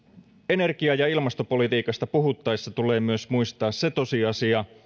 energia ja ilmastopolitiikasta puhuttaessa tulee myös muistaa se tosiasia